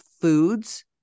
foods